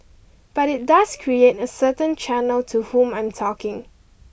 but it does create a certain channel to whom I'm talking